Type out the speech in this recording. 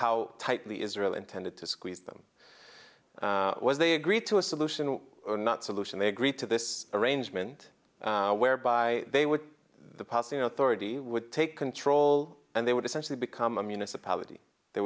how tightly israel intended to squeeze them they agreed to a solution not solution they agreed to this arrangement whereby they would the passing authority would take control and they would essentially become a municipality they